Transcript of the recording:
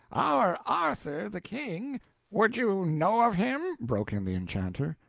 our arthur the king would you know of him? broke in the enchanter.